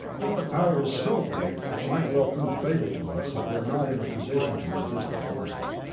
but the power is so great it might well prove fatal to us if we are not in a position to resist the forces.